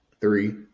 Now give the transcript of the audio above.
three